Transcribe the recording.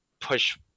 push